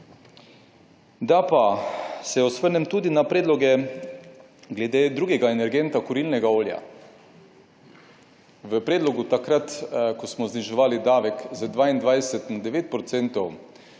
Da pa se osvrnem tudi na predloge glede drugega energenta: kurilnega olja. V predlogu takrat, ko smo zniževali davek z 22 na 9